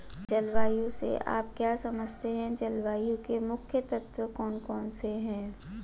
जलवायु से आप क्या समझते हैं जलवायु के मुख्य तत्व कौन कौन से हैं?